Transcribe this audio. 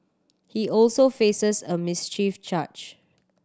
he also faces a mischief charge